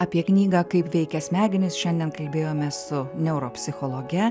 apie knygą kaip veikia smegenys šiandien kalbėjomės su neuropsichologe